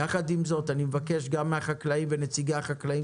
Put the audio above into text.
עם זאת, אני מבקש גם מהחקלאים ונציגיהם: